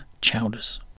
Chowders